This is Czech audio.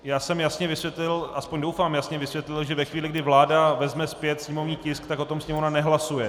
Já jsem jasně vysvětlil, aspoň doufám, jasně vysvětlil, že ve chvíli, kdy vláda vezme zpět sněmovní tisk, tak o tom Sněmovna nehlasuje.